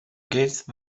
گیتس